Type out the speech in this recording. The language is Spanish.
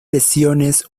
lesiones